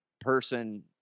person